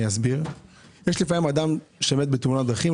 יש אדם שמת בתאונת דרכים,